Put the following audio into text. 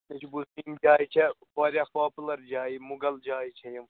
مےٚ چھُ بوٗزمُت یہِ جایہِ چھےٚ واریاہ پاپُلر جایہِ مُغل جایہِ چھِ یِم